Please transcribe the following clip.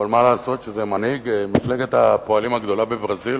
אבל מה לעשות שזה מנהיג מפלגת הפועלים הגדולה בברזיל.